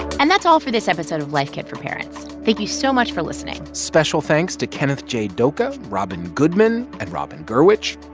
and that's all for this episode of life kit for parents. thank you so much for listening special thanks to kenneth j. doka, robin goodman and robin gurwitch.